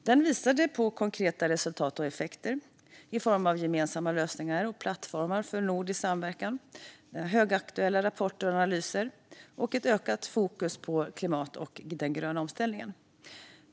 Den visade på konkreta resultat och effekter i form av gemensamma lösningar och plattformar för nordisk samverkan, högaktuella rapporter och analyser och ett ökat fokus på klimat och den gröna omställningen.